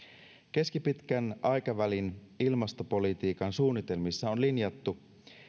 keskipitkän aikavälin ilmastopolitiikan suunnitelmissa on linjattu